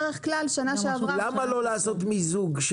למה לא לעשות מיזוג,